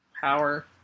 power